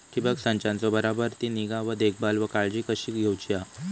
ठिबक संचाचा बराबर ती निगा व देखभाल व काळजी कशी घेऊची हा?